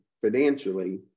financially